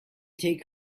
take